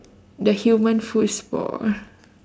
the human football